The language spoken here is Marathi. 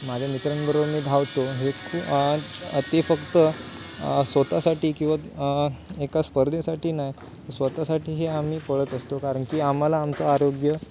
माझ्या मित्रांबरोबर मी धावतो हे खु खूप ते फक्त स्वतासाठी किंवा एका स्पर्धेसाठी नाही स्वतासाठी हे आम्ही पळत असतो कारण की आम्हाला आमचं आरोग्य